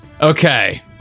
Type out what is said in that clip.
Okay